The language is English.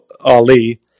Ali